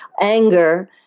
anger